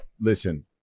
listen